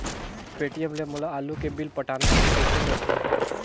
Paytm ले मोला आलू के बिल पटाना हे, कइसे करहुँ?